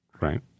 right